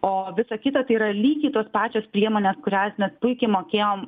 o visa kita tai yra lygiai tos pačios priemonėskurias mes puikiai mokėjom